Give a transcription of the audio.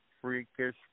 freakish